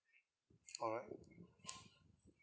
alright